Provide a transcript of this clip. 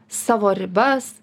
savo ribas